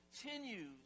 continues